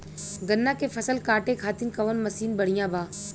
गन्ना के फसल कांटे खाती कवन मसीन बढ़ियां बा?